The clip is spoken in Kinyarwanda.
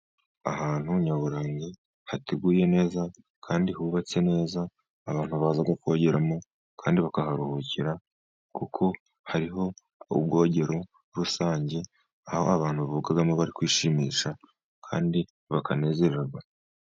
Ahantu nyaburanga hateguye neza kandi hubatse neza, abantu baza kukogeramo kandi bakaharuhukira kuko hariho ubwogero rusange, aho abantu bogamo bari kwishimisha, kandi bakanezererwa.